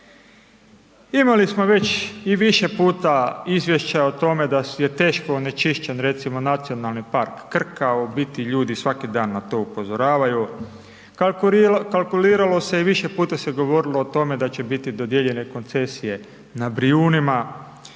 Imali smo već i više puta izvješća o tome da je teško onečišćen recimo Nacionalni park Krka u biti ljudi svaki dan na to upozoravaju, kalkulirano se i više puta se govorilo o tome da će biti dodijeljene koncesije na Brijunima.